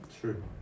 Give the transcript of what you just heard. True